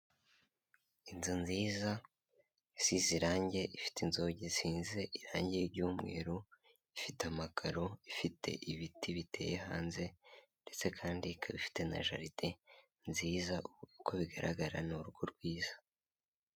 Inzu nziza isize irange, ifite inzugi zisize irange ry'umweru. Ifite amakaro, ifite ibiti biteye hanze ndetse kandi ikaba ifite na jaride nziza uko bigaragara ni urugo rwiza.